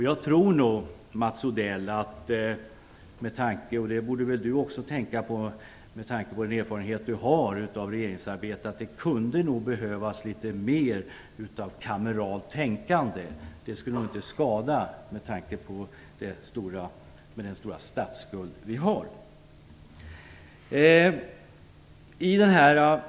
Med hänsyn till den erfarenhet av regeringsarbete som Mats Odell har borde han förstå att det behövs litet mer av kameralt tänkande. Det skulle inte skada, med tanke på den stora statsskuld som vi har.